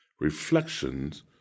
Reflections